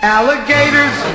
Alligators